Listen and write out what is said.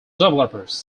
developers